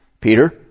peter